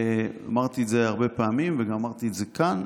ואמרתי את זה הרבה פעמים, ואמרתי את זה כאן,